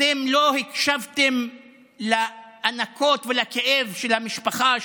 אתם לא הקשבתם לאנקות ולכאב של המשפחה,